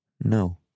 no